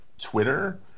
Twitter